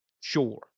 sure